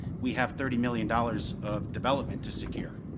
we have thirty million dollars of development to secure.